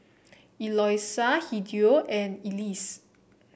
Eloisa Hideo and Elease